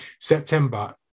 September